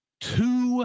two